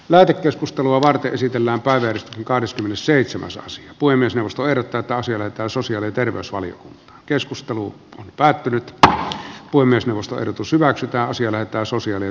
lähetekeskustelua varten esitellään päiväys kahdeskymmenesseitsemäs ja se voi myös nousta herättää taas ymmärtää sosiaali terveysvaliokunta keskustelu päättynyt että voi myös nousta ehdotus hyväksytään sillä että sosiaali